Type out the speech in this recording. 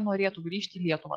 norėtų grįžti į lietuvą